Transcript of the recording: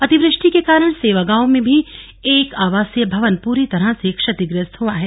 अतिवृष्टि के कारण सेरा गांव में भी एक आवासीय भवन परी तरह से क्षतिग्रस्त हुआ है